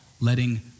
letting